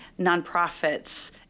nonprofits